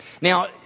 Now